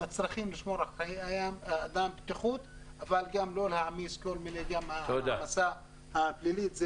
לשמור על חיי אדם והבטיחות אבל גם לא להעמיס העמסה פלילית.